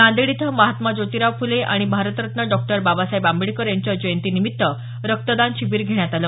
नांदेड इथं महात्मा ज्योतिराव फुले आणि भारतरत्न डॉक्टर बाबासाहेब आंबेडकर यांच्या जयंती निमित्त रक्तदान शिबिर घेण्यात आलं